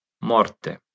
morte